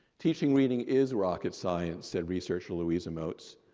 teaching reading is rocket science said researcher louisa moats.